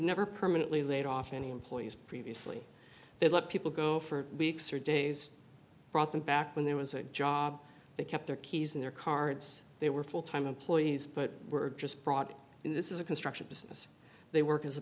never permanently laid off any employees previously they let people go for weeks or days brought them back when there was a job they kept their keys in their cards they were full time employees but were just brought in this is a construction business they work as a